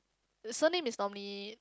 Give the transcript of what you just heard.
the surname is normally